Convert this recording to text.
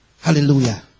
Hallelujah